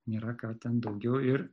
nėra ką ten daugiau ir